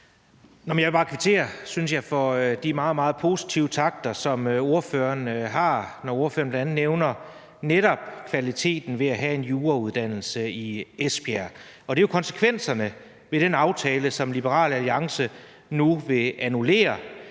jeg, meget, meget positive takter, som ordføreren har, når ordføreren bl.a. nævner netop kvaliteten ved at have en jurauddannelse i Esbjerg. Konsekvenserne af den aftale, som Liberal Alliance nu vil annullere,